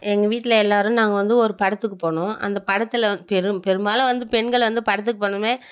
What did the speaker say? எங்கள் வீட்டில் எல்லோரும் நாங்கள் வந்து ஒரு படத்துக்குப் போனோம் அந்த படத்தில் பெரும் பெரும்பாலும் வந்து பெண்கள் வந்து படத்துக்கு போனோன்மே